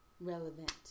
relevant